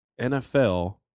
NFL